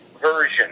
version